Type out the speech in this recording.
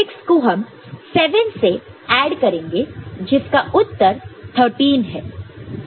6 को हम 7 से ऐड करेंगे जिसका उत्तर 13 है